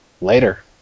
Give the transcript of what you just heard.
Later